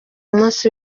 munsi